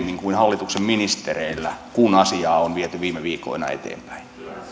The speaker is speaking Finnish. kuin hallituksen ministereillä kun asiaa on viety viime viikkoina eteenpäin